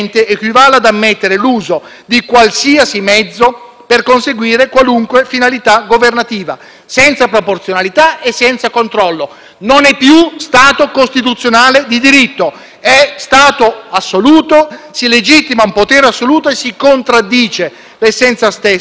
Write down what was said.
senza proporzionalità e senza controllo: non è più Stato costituzionale di diritto, ma Stato assoluto; si legittima un potere assoluto e si contraddice l'essenza stessa del nostro Stato di diritto così come è scritto nella Costituzione. È questo il punto politico